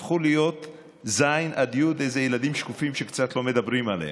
י' הפכו להיות איזה ילדים שקופים שקצת לא מדברים עליהם.